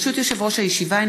ברשות יושב-ראש הישיבה,